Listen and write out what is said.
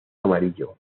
amarillo